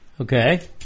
okay